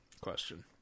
question